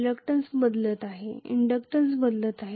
reluctance बदलत आहे inductance बदलत आहे